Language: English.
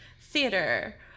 theater